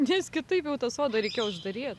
nes kitaip jau tą sodą reikėjo uždaryt